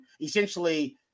essentially